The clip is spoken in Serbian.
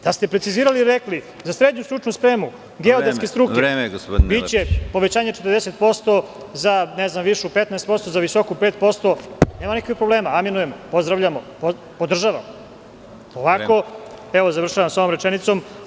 Da ste precizirali i rekli – za srednju stručnu spremu geodetske struke biće povećanje 40%, za višu 15%, za visoku 5%, nema nikakvih problema, aminujem, pozdravljamo, podržavamo. (Predsedavajući: Vreme.) Završavam jednom rečenicom.